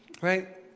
Right